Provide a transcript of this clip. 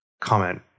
comment